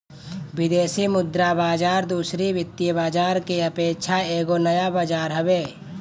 विदेशी मुद्रा बाजार दूसरी वित्तीय बाजार के अपेक्षा एगो नया बाजार हवे